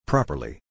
Properly